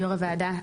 יו"ר הוועדה,